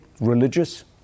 religious